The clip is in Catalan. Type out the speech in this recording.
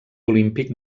olímpic